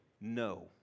No